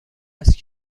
است